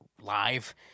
live